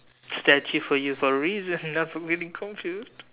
statue for you for a reason not for you to get confused